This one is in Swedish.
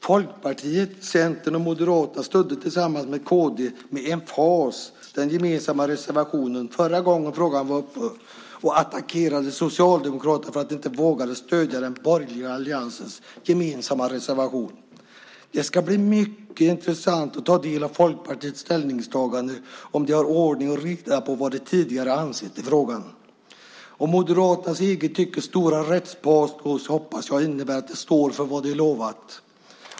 Folkpartiet, Centern och Moderaterna stödde tillsammans med kd med emfas den gemensamma reservationen förra gången frågan var uppe och attackerade Socialdemokraterna för att de inte vågade stödja den borgerliga alliansens gemensamma reservation. Det ska bli mycket intressant att ta del av Folkpartiets ställningstagande och få veta om de har ordning och reda på vad de tidigare har ansett i frågan. Moderaternas i eget tycke stora rättspatos hoppas jag innebär att de står för vad de lovat.